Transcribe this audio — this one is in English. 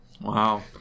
Wow